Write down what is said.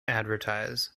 advertise